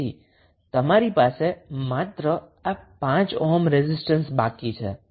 તેથી તમારી પાસે માત્ર આ 5 ઓહ્મ રેઝિસ્ટન્સ બાકી છે